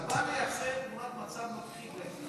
הוא בא לשקף תמונת מצב נוכחית,